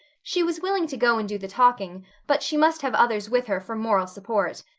she was willing to go and do the talking but she must have others with her for moral support.